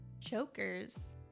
chokers